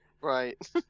right